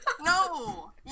No